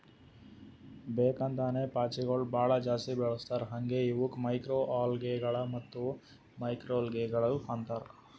ಬೇಕ್ ಅಂತೇನೆ ಪಾಚಿಗೊಳ್ ಭಾಳ ಜಾಸ್ತಿ ಬೆಳಸ್ತಾರ್ ಹಾಂಗೆ ಇವುಕ್ ಮೈಕ್ರೊಅಲ್ಗೇಗಳ ಮತ್ತ್ ಮ್ಯಾಕ್ರೋಲ್ಗೆಗಳು ಅಂತಾರ್